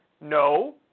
No